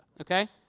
okay